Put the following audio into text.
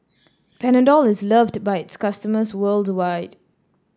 Panadol is loved by its customers worldwide